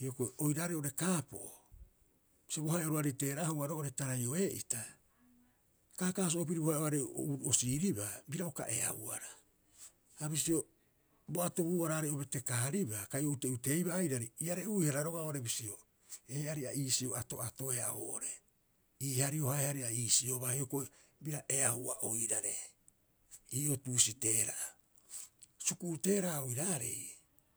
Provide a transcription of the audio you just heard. Hioko'i oiraarei oo'ore kaapo'o, bisio bo hae'oroarei teera'ahua roo'ore Tarai'o'ee'ita, kaakaaso'o piri bo hae'oeaarei o uruu'osiiribaa bira uka eahuara. Ha bisio bo atobuu'ararei o betekaaribaa kai o ute'uteeiba airari iare'uihara roga'a oo'ore bisio, ee'ari ia iisio ato'atoea oo'ore. Ii hario hae hari ia iisiobaa hioko'i bira eahua oirare. Ii'oo tuusi teera'a. Suku'u teera'a oiraarei.